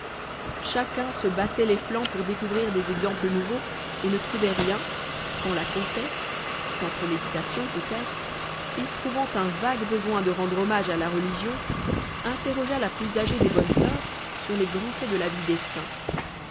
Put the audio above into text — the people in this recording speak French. chacun se battait les flancs pour découvrir des exemples nouveaux et ne trouvait rien quand la comtesse sans préméditation peut-être éprouvant un vague besoin de rendre hommage à la religion interrogea la plus âgée des bonnes soeurs sur les grands faits de la vie des saints